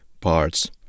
parts